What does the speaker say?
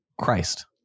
Christ